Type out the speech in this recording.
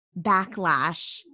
backlash